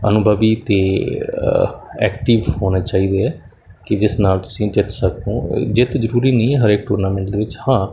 ਅਨੁਭਵੀ ਅਤੇ ਐਕਟਿਵ ਹੋਣੇ ਚਾਹੀਦੇ ਹੈ ਕਿ ਜਿਸ ਨਾਲ ਤੁਸੀਂ ਜਿੱਤ ਸਕੋ ਜਿੱਤ ਜ਼ਰੂਰੀ ਨਹੀਂ ਹੈ ਹਰ ਇੱਕ ਟੂਰਨਾਮੈਂਟ ਦੇ ਵਿੱਚ ਹਾਂ